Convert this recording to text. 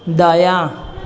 दायाँ